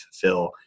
fulfill